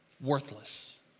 Worthless